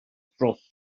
dros